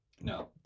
No